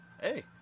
Hey